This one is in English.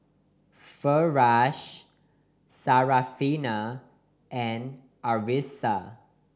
Firash Syarafina and Arissa